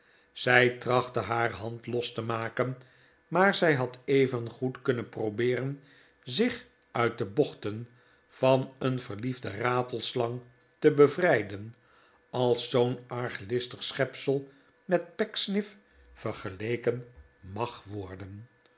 zij trachtte haar hand los te maken maar zij had evengoed kunnen probeeren zich uit de bochten van een verliefde ratelslang te bevrijden als zoo'n arglistig schepsel met pecksniff vergeleken mag worden